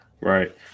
Right